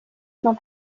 not